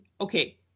okay